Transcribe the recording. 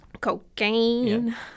cocaine